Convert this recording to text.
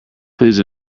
please